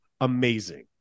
amazing